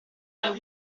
nel